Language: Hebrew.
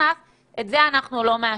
אנחנו לא מאשרים.